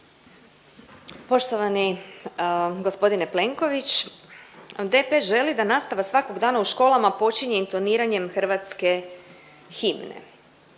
Poštovani gospodine Plenković, DP želi da nastava svakog dana u školama počinje intoniranjem hrvatske himne.